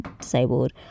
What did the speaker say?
disabled